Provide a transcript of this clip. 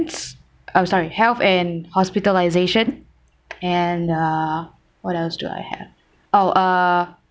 it's oh sorry health and hospitalisation and uh what else do I have oh uh